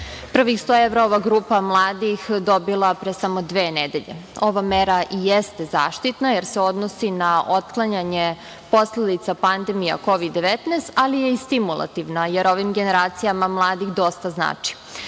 Prvih 100 evra ova grupa mladih je dobila pre samo dve nedelje. Ova mera i jeste zaštitna, jer se odnosi na otklanjanje posledica pandemija Kovid–19, ali je i stimulativna, jer ovim generacijama mladih dosta znači. Kako